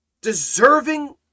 deserving